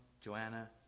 Joanna